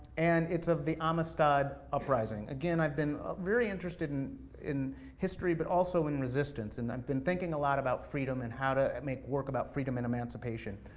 and it's of the amistad uprising. again, i've been ah really interested in in history, but also in resistance, and i've been thinking a lot about freedom and how to make work about freedom and emancipation.